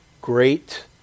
great